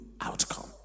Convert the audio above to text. outcome